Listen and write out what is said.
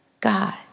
God